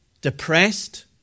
depressed